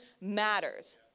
matters